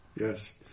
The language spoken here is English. Yes